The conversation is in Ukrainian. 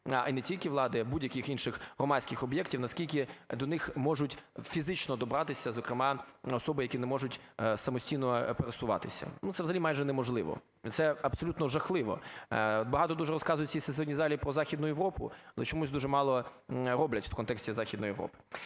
не тільки влади, будь-яких інших громадських об'єктів, наскільки до них можуть фізично добратися, зокрема, особи, які не можуть самостійно пересуватися. Ну, це взагалі майже неможливо, це абсолютно жахливо. Багато дуже розказують в цій сесійній залі про Західну Європу, но чомусь дуже мало роблять у контексті Західної Європи.